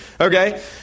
Okay